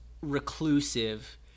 reclusive